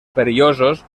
perillosos